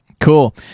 Cool